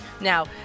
Now